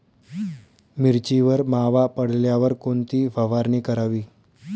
मिरचीवर मावा पडल्यावर कोणती फवारणी करावी?